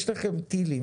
יש לכם טילים,